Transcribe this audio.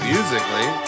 Musically